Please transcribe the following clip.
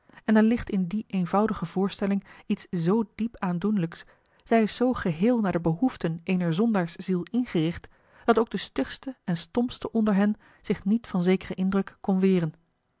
en er ligt in die eenvoudige voorstelling iets zoo diep aandoenlijks zij is zoo geheel naar de behoeften eener zondaarsziel ingericht dat ook de stugste en stompste onder hen zich niet van zekeren indruk kon weren